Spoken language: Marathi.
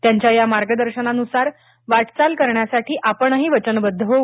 त्यांच्या या मार्गदर्शनानुसार वाटचाल करण्यासाठी आपणही वचनबद्ध होऊ